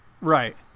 right